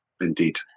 Indeed